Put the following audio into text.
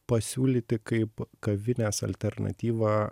pasiūlyti kaip kavinės alternatyvą